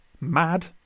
Mad